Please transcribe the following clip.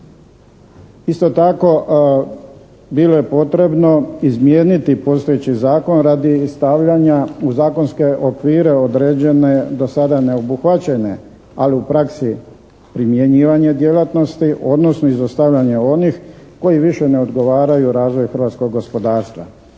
Isto tako bilo je potrebno izmijeniti postojeći zakon radi stavljanja u zakonske okvire određene do sada neobuhvaćene ali u praksi primjenjivanje djelatnosti odnosno izostavljanje onih koji više ne odgovaraju razvoju hrvatskog gospodarstva.